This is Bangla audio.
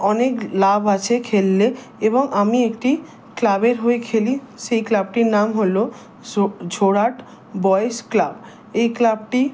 অনেক লাভ আছে খেললে এবং আমি একটি ক্লাবের হয়ে খেলি সেই ক্লাবটির নাম হলো সো ঝোরহাট বয়েজ ক্লাব এই ক্লাবটি